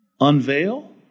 unveil